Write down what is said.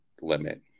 limit